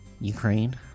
Ukraine